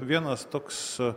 vienas toks